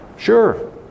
Sure